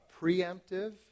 preemptive